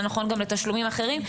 זה נכון גם לתשלומים אחרים.